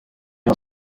ema